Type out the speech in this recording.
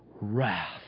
wrath